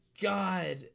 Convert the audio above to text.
God